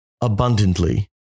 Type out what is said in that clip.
abundantly